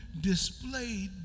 displayed